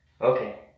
Okay